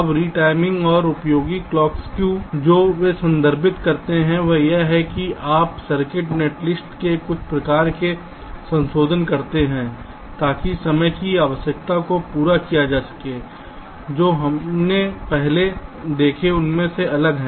अब रिटाइमिंग और उपयोगी क्लॉक सक्यू जो वे संदर्भित करते हैं वह यह है कि आप सर्किट नेटलिस्ट में कुछ प्रकार के संशोधन करते हैं ताकि समय की आवश्यकता को पूरा किया जा सके जो हमने पहले देखे उनसे अलग है